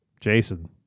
jason